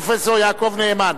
ישיב שר המשפטים, פרופסור יעקב נאמן.